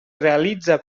realitza